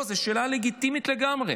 לא, זו שאלה לגיטימית לגמרי.